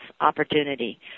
opportunity